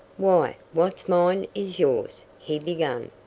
why, what's mine is yours he began.